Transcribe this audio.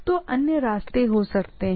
तो अन्य रास्ते हो सकते हैं